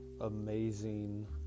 amazing